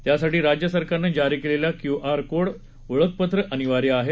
त्यासाठी राज्य सरकारनं जारी केलेली क्यूआरकोड ओळखपत्र अनिवार्य आहे